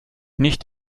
nicht